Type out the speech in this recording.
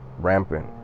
rampant